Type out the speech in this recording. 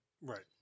Right